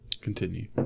Continue